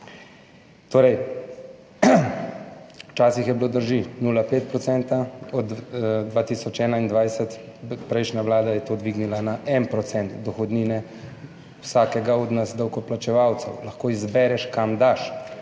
Torej, včasih je bilo, drži, 0,5 %, od 2021, prejšnja Vlada je to dvignila na 1 % dohodnine vsakega od nas davkoplačevalcev, lahko izbereš, kam daš,